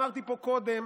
אמרתי פה קודם,